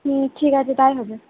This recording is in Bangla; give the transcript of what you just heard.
হুম ঠিক আছে তাই হবে